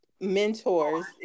mentors